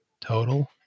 total